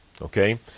okay